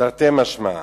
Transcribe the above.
תרתי משמע,